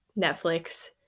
Netflix